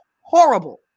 horrible